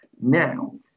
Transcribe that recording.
Now